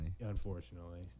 Unfortunately